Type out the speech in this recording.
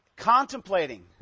Contemplating